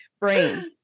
brain